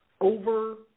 over